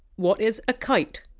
what is a kite?